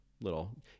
little